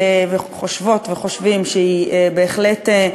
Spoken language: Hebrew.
חושבות וחושבים שהיא בהחלט,